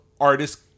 artist